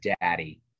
daddy